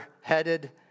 headed